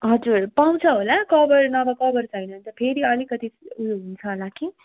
हजुर पाउँछ होला कभर नभए कभर छैन भने त फेरि अलिकति उयो हुन्छ होला कि